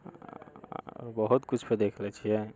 बहुत किछुपर देख लै छियै